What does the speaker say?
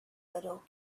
little